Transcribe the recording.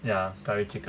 ya curry chicken